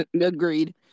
Agreed